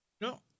No